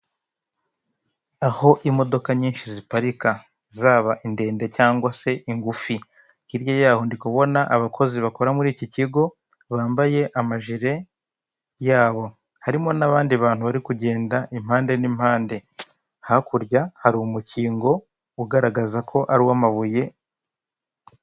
Aho imodoka nyinshi ziparika zaba indende cyangwa se ingufi, hirya yaho ndikubona abakozi bakora muri iki kigo bambaye amajire yabo, harimo n'abandi bantu bari kugenda impande n'impande, hakurya hari umukingo ugaragaza ko ari uw'amabuye.